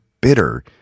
bitter